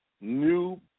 new